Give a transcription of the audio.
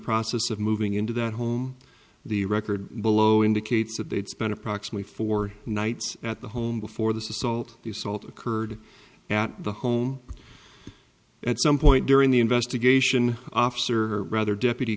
process of moving into that home the record below indicates that they'd spent approximately four nights at the home before this assault the assault occurred at the home at some point during the investigation officer rather deputy